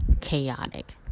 chaotic